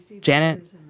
Janet